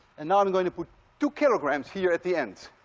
and now i'm going to put two kilograms here at the end.